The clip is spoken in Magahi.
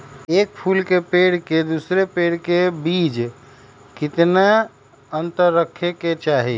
एक फुल के पेड़ के दूसरे पेड़ के बीज केतना अंतर रखके चाहि?